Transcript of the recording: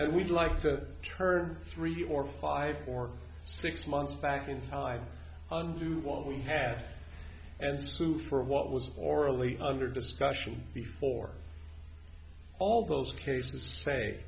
and we'd like to turn three or five or six months back inside and do what we had and sue for what was orally under discussion before all those cases